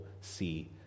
see